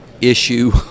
issue